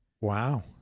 Wow